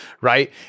right